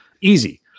Easy